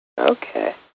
Okay